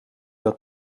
dat